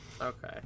Okay